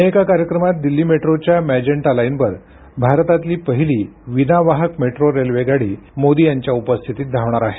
अन्य एका कार्यक्रमात दिल्ली मेट्रोच्या मॅजेंटा लाईनवर भारतातली पहिली विनावाहक मेट्रो रेल्वे गाडी मोदी यांच्या उपस्थितीत धावणार आहे